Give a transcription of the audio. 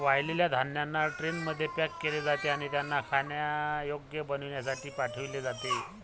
वाळलेल्या धान्यांना ट्रेनमध्ये पॅक केले जाते आणि त्यांना खाण्यायोग्य बनविण्यासाठी पाठविले जाते